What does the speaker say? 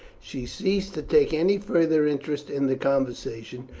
she ceased to take any further interest in the conversation,